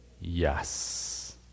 yes